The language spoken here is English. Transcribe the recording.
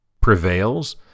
prevails